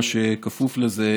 במהלך,